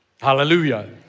Hallelujah